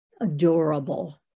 adorable